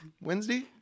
Wednesday